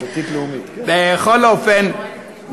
בכל אופן,